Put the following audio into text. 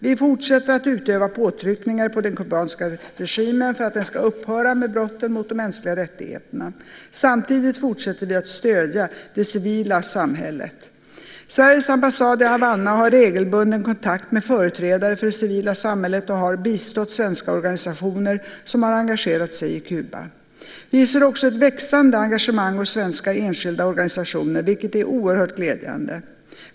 Vi fortsätter att utöva påtryckningar på den kubanska regimen för att den ska upphöra med brotten mot de mänskliga rättigheterna. Samtidigt fortsätter vi att stödja det civila samhället. Sveriges ambassad i Havanna har regelbunden kontakt med företrädare för det civila samhället och har bistått svenska organisationer som har engagerat sig i Kuba. Vi ser också ett växande engagemang hos svenska enskilda organisationer, vilket är oerhört glädjande.